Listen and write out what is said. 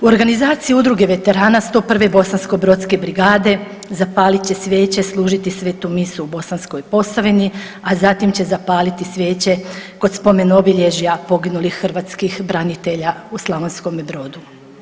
U organizaciji Udruge veterana 101. bosansko-brodske brigade zapalit će svijeće, služiti svetu misu u Bosanskoj Posavini, a tim će zapaliti svijeće kod spomen-obilježja poginulih hrvatskih branitelja u Slavonskome Brodu.